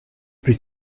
plus